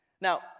Now